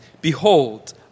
behold